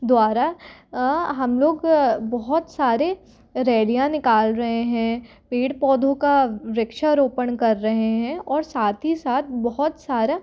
द्वारा हम लोग बहुत सारे रैलियां निकाल रहे हैं पेड़ पौधों का वृक्षारोपण कर रहे हैं और साथ ही साथ बहुत सारा